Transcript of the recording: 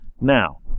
Now